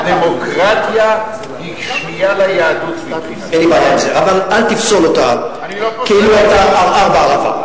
רק על תפסול אותה כאילו היתה ערער בערבה.